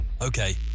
Okay